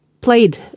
played